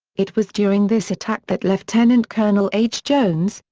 it was during this attack that lieutenant colonel h. jones,